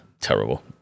Terrible